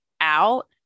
out